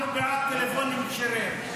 אנחנו בעד טלפונים כשרים.